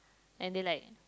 and they like